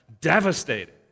devastating